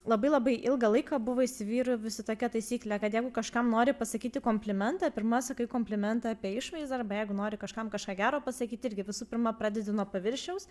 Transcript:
labai labai ilgą laiką buvo įsivyravusi tokia taisyklė kad jeigu kažkam nori pasakyti komplimentą pirma sakai komplimentą apie išvaizdą arba jeigu nori kažkam kažką gero pasakyt irgi visų pirma pradedi nuo paviršiaus